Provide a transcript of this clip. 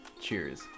cheers